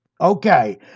Okay